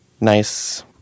nice